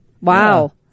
Wow